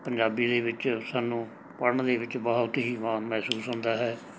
ਪੰਜਾਬੀ ਦੇ ਵਿੱਚ ਸਾਨੂੰ ਪੜ੍ਹਨ ਦੇ ਵਿੱਚ ਬਹੁਤ ਹੀ ਮਾਣ ਮਹਿਸੂਸ ਹੁੰਦਾ ਹੈ